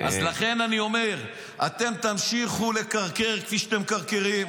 לכן אני אומר: אתם תמשיכו לקרקר כפי שאתם מקרקרים,